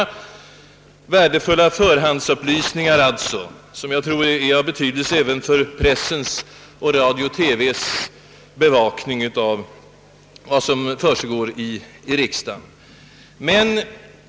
Det är värdefulla förhandsupplysningar, som jag tror är av betydelse även för pressens och radio-TV:s bevakning av vad som försiggår i riksdagen.